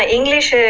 English